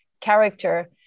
character